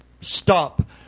stop